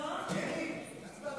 להעביר את הצעת